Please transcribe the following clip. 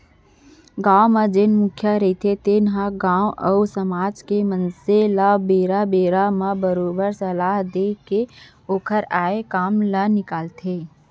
गाँव म जेन मुखिया रहिथे तेन ह गाँव अउ समाज के मनसे ल बेरा बेरा म बरोबर सलाह देय के ओखर आय काम ल निकालथे